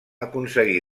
aconseguir